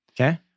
Okay